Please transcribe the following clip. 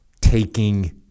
taking